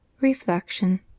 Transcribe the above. Reflection